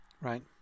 right